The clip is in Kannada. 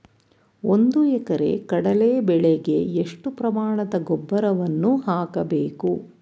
ಒಂದು ಎಕರೆ ಕಡಲೆ ಬೆಳೆಗೆ ಎಷ್ಟು ಪ್ರಮಾಣದ ಗೊಬ್ಬರವನ್ನು ಹಾಕಬೇಕು?